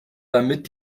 damit